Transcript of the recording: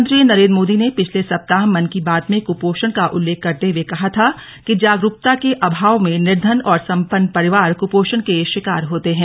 प्रधानमंत्री नरेन्द्र मोदी ने पिछले सप्ताह मन की बात में कुपोषण का उल्लेख करते हुए कहा था कि जागरूकता के अभाव में निर्धन और संपन्न परिवार कुपोषण के शिकॉर होते हैं